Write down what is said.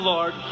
Lord